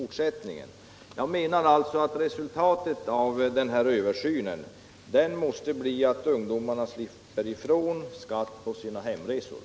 Resultatet av översynen måste därför bli att ungdomarna slipper betala skatt för sina Nr 64